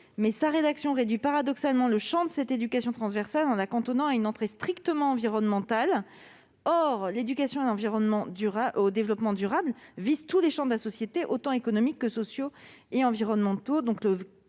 tend paradoxalement à réduire le champ de cette éducation transversale, en cantonnant celle-ci à une approche strictement environnementale. Or l'éducation au développement durable vise tous les champs de la société, tant économiques que sociaux et environnementaux.